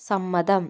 സമ്മതം